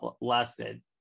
lasted